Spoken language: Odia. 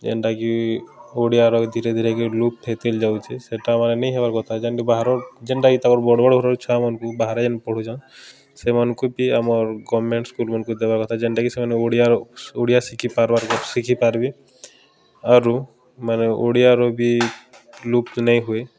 ଯେନ୍ଟାକି ଓଡ଼ିଆର ଧୀରେ ଧୀରେକି ଲୋପ୍ ହେଇତେଲ୍ ଯାଉଚେ ସେଟାମାନେ ନେଇ ହେବାର୍ କଥା ଯେନ୍ ବାହାରର୍ ଜେନ୍ଟାକି ତାଙ୍କର ବଡ଼୍ ବଡ଼୍ ଘରର୍ ଛୁଆମାନ୍କୁ ବାହାରେ ଯେନ୍ ପଢ଼ୁଛନ୍ ସେମାନଙ୍କୁ ବି ଆମର୍ ଗଭର୍ଣ୍ଣ୍ମେଣ୍ଟ୍ ସ୍କୁଲ୍ମାନ୍କୁ ଦେବାର୍ କଥା ଯେନ୍ଟାକି ସେମାନେ ଓଡ଼ିଆର ଓଡ଼ିଆ ଶିଖିପାର ଶିଖିପାର୍ବେ ଆରୁ ମାନେ ଓଡ଼ିଆର ବି ଲୋପ୍ ନେଇ ହୁଏ